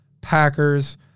Packers